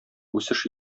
үсеш